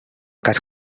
cas